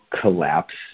collapse